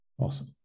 Awesome